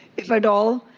if at all.